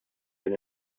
din